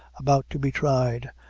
about to be tried,